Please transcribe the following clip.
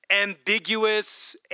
ambiguous